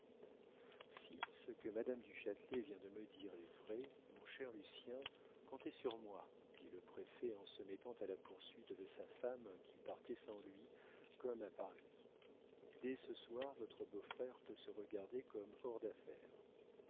si ce que madame du châtelet vient de me dire est vrai mon cher lucien comptez sur moi dit le préfet en se mettant à la poursuite de sa femme qui partait sans lui comme à paris dès ce soir votre beau-frère peut se regarder comme hors d'affaire